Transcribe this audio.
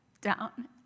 down